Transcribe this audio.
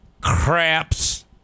craps